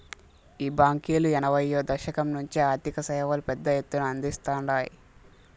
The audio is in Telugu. ఈ బాంకీలు ఎనభైయ్యో దశకం నుంచే ఆర్థిక సేవలు పెద్ద ఎత్తున అందిస్తాండాయి